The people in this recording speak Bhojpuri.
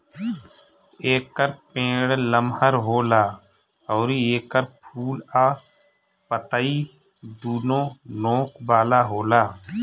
एकर पेड़ लमहर होला अउरी एकर फूल आ पतइ दूनो नोक वाला होला